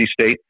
State